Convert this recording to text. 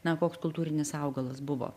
na koks kultūrinis augalas buvo